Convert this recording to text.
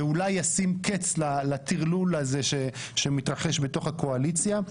ואולי ישים קץ לטרלול הזה שמתרחש בתוך הקואליציה.